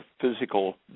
physical